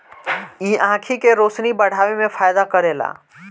इ आंखी के रोशनी बढ़ावे में फायदा करेला